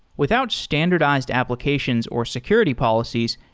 without standardized applications or security policies,